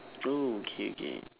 oh okay okay